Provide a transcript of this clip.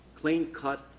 clean-cut